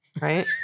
Right